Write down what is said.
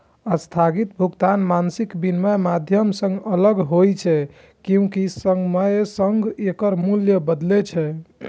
स्थगित भुगतान मानक विनमय माध्यम सं अलग होइ छै, कियैकि समयक संग एकर मूल्य बदलै छै